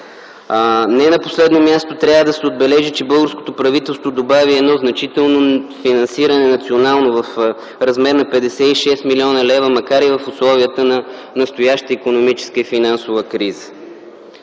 Не на последно място трябва да се отбележи, че българското правителство добави едно значително национално финансиране в размер на 56 млн. лв., макар и в условията на настояща икономическа и финансова криза.